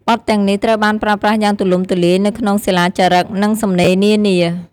បទទាំងនេះត្រូវបានប្រើប្រាស់យ៉ាងទូលំទូលាយនៅក្នុងសិលាចារឹក និងសំណេរនានា។